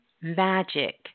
magic